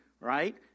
right